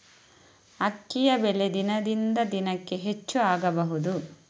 ಅಕ್ಕಿಯ ಬೆಲೆ ದಿನದಿಂದ ದಿನಕೆ ಹೆಚ್ಚು ಆಗಬಹುದು?